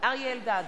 אריה אלדד,